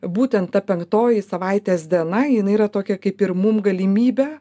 būtent ta penktoji savaitės diena jinai yra tokia kaip ir mum galimybė